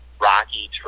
rocky